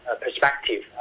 perspective